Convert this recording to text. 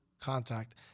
contact